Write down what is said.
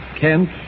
Kent